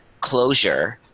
closure